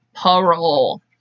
parole